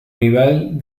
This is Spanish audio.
nivel